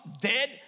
dead